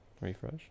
Refresh